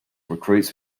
recruits